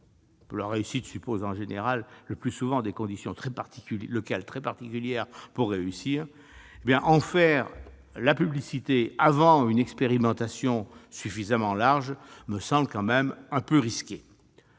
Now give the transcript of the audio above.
réussite suppose le plus souvent des conditions locales très particulières. En faire la publicité avant une expérimentation suffisamment large me semble donc un peu risqué.